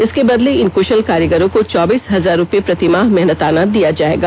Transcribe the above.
इसके बदले इन कुषल कारीगरों को चौबीस हजार रूपये प्रतिमाह मेहनताना दिया जायेगा